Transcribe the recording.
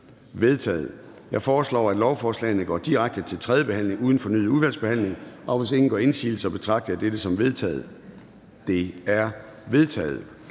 Jeg foreslår, at lovforslagene går direkte til tredje behandling uden fornyet udvalgsbehandling. Hvis ingen gør indsigelse, betragter jeg dette som vedtaget. Det er vedtaget.